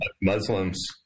Muslims